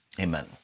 Amen